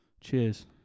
Cheers